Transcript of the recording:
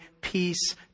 peace